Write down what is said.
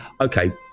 okay